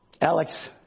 Alex